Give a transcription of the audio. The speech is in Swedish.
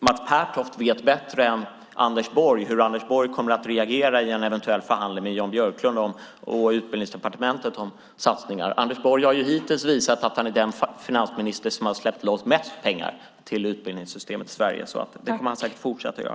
Mats Pertoft vet inte bättre än Anders Borg hur Anders Borg kommer att reagera i en eventuell förhandling med Jan Björklund och Utbildningsdepartementet om satsningar. Anders Borg har hittills visat att han är den finansminister som har släppt loss mest pengar till utbildningssystemet i Sverige. Det kommer han säkert också att fortsätta att göra.